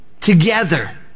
together